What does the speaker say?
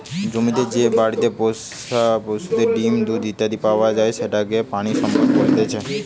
জমিতে যে বাড়িতে পোষা পশুদের থেকে ডিম, দুধ ইত্যাদি পাওয়া যায় সেটাকে প্রাণিসম্পদ বলতেছে